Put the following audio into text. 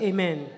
Amen